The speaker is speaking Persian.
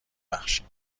بخشیم